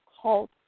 halt